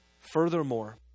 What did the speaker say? Furthermore